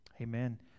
Amen